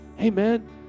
Amen